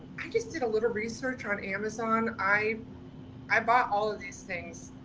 i just did a little research on amazon. i i bought all of these things